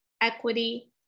equity